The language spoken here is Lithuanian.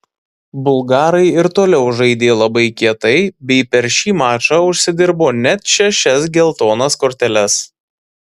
bulgarai ir toliau žaidė labai kietai bei per šį mačą užsidirbo net šešias geltonas korteles